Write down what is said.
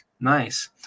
Nice